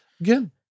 Again